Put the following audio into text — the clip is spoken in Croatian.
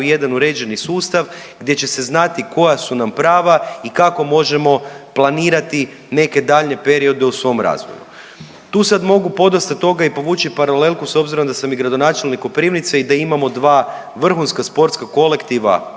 u jedan uređeni sustav gdje će se znati koja su nam prava i kako možemo planirati neke daljnje periode u svom razvoju. Tu sad mogu podosta toga i povući paralelku s obzirom da sam i gradonačelnik Koprivnice i da imamo dva vrhunska sportska kolektiva